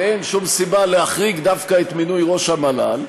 הרי אין שום סיבה להחריג דווקא את מינוי ראש המל"ל.